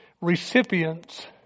recipients